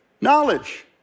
knowledge